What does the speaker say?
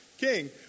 king